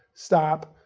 stop.